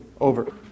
Over